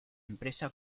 empresa